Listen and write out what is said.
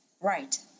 right